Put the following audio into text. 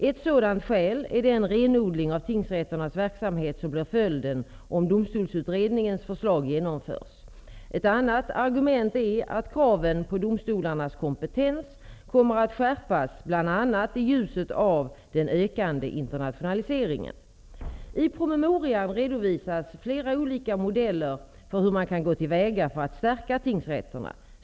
Ett sådant skäl är den renodling av tingsrätternas verksamhet som blir följden, om Domstolsutredningens förslag genomförs. Ett annat argument är att kraven på domstolarnas kompetens kommer att skärpas bl.a. i ljuset av den ökande internationaliseringen. I promemorian redovisas flera olika modeller för hur man kan gå till väga för att stärka tingsrätterna.